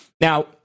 Now